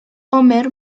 homer